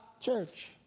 church